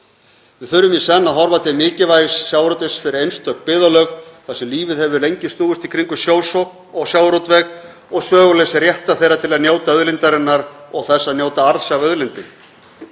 Við þurfum í senn að horfa til mikilvægis sjávarútvegs fyrir einstök byggðarlög þar sem lífið hefur lengi snúist í kringum sjósókn og sjávarútveg og sögulegs réttar þeirra til að njóta auðlindarinnar og þess að njóta arðs af auðlindinni.